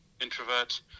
introvert